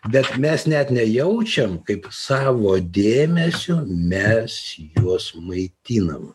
bet mes net nejaučiam kaip savo dėmesiu mes juos maitinam